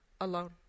alone